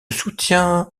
soutien